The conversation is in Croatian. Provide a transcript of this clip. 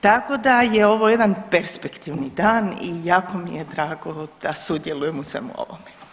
Tako da je ovo jedan perspektivni dan i jako mi je drago da sudjelujem u svemu ovome.